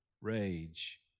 rage